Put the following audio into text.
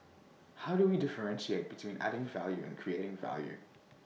how do we differentiate between adding value and creating value